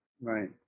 right